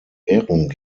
währung